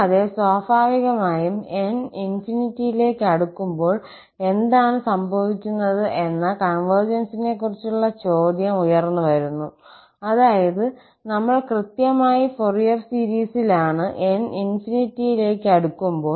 കൂടാതെ സ്വാഭാവികമായും 𝑛 യിലേക്ക് അടുക്കുമ്പോൾ എന്താണ് സംഭവിക്കുന്നത് എന്ന കൺവെർജൻസിനെക്കുറിച്ചുള്ള ചോദ്യം ഉയർന്നുവരുന്നു അതായത് നമ്മൾ കൃത്യമായി ഫൊറിയർ സീരീസിലാണ് 𝑛 യിലേക്ക് അടുക്കുമ്പോൾ